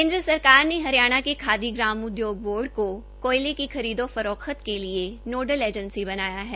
केन्द्र सरकार ने हरियाणा के खादी ग्रामोदयोग को कोयले की खरीदो फरोखत के लिये नोडल एजेंसी बनाया है